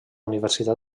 universitat